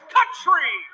Country